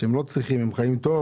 שהם לא צריכים כי הם חיים טוב.